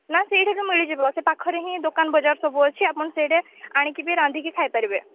ନା ସେଇଠିକି ମିଳିଯିବ ସେ ପାଖରେ ହିଁ ଦୋକାନ ବଜାର ସବୁ ଅଛି ଆପଣ ସେଇଟା ଆଣିକି ବି ରାନ୍ଧିକି ଖାଇପାରିବେ